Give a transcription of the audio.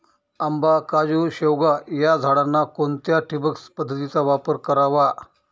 आंबा, काजू, शेवगा या झाडांना कोणत्या ठिबक पद्धतीचा वापर करावा?